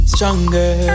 Stronger